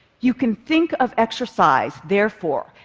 you can think of exercise, therefore,